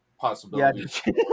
possibility